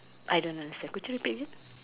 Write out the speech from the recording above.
I don't understand could you repeat again